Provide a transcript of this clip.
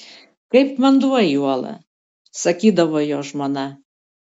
kaip vanduo į uolą sakydavo jo žmona